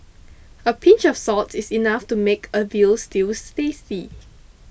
a pinch of salt is enough to make a Veal Stews tasty